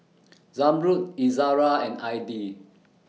Zamrud Izara and Adi